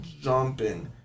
jumping